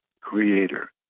creator